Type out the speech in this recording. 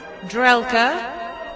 Drelka